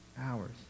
hours